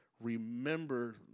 Remember